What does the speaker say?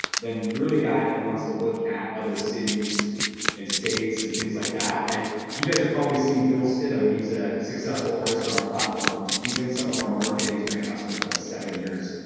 then you're the guy that wants to look at other cities and states and things like that. like you guys have probably seen bill stidham, he's a successful artist on our platform. he's in some of our marketing. he's been a customer for like seven years.